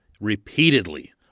repeatedly